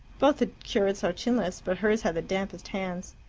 both the curates are chinless, but hers had the dampest hands.